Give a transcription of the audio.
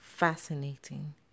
Fascinating